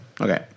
Okay